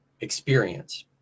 experience